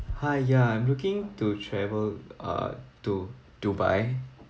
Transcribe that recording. hi ya I'm looking to travel uh to dubai ya